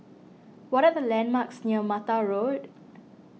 what are the landmarks near Mata Road